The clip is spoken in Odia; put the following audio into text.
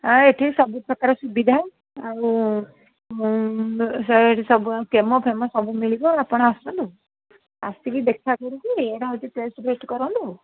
ହଁ ଏଠି ସବୁ ପ୍ରକାର ସୁବିଧା ଆଉ ସବୁ କେମୋ ଫେମୋ ସବୁ ମିଳିବ ଆପଣ ଆସନ୍ତୁ ଆସିକି ଦେଖା କରିକି ଆସିକି ଟେଷ୍ଟ ଫେଷ୍ଟ କରାନ୍ତୁ